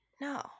No